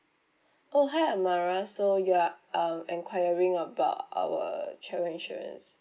oh hi amara so you are um enquiring about our travel insurance